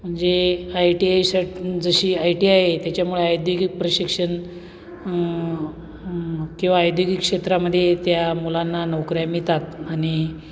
म्हणजे I T I शट जशी आय टी आय आहे त्याच्यामुळे औद्योगिक प्रशिक्षण किंवा औद्योगिक क्षेत्रामध्ये त्या मुलांना नोकऱ्या मिळतात आणि